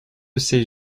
ces